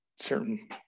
certain